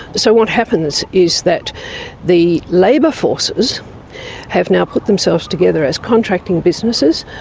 so what happens is that the labour forces have now put themselves together as contracting businesses,